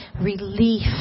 relief